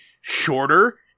shorter